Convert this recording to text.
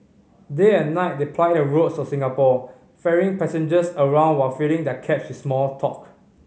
day and night they ply the roads of Singapore ferrying passengers around while filling their cabs with small talk